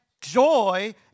joy